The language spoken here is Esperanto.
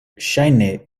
ŝajne